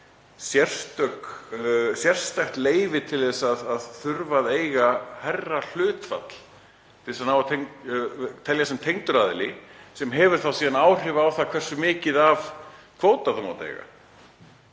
sérstakt leyfi til að þurfa að eiga hærra hlutfall til að teljast tengdur aðili. Það hefur síðan áhrif á það hversu mikið af kvóta þú mátt eiga.